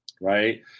right